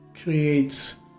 creates